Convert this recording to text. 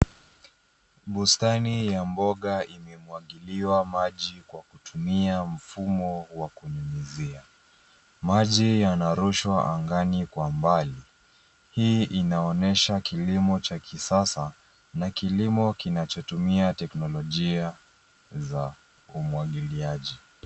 Bustani ya mboga imemwagiliwa maji kwa kutumia mfumo wa kunyunyizia . Maji yanarushwa angani kwa mbali, hii inaonesha kilimo cha kisasa na kilimo kinachotumia teknolojia za umwagiliaji.